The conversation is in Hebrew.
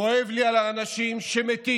כואב לי על האנשים שמתים,